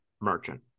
merchant